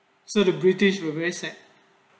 so the british were very sad